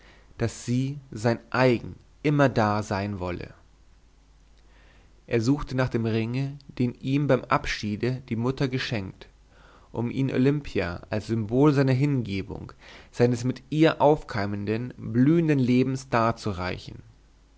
daß sie sein eigen immerdar sein wolle er suchte nach dem ringe den ihm beim abschiede die mutter geschenkt um ihn olimpia als symbol seiner hingebung seines mit ihr aufkeimenden blühenden lebens